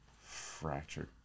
Fractured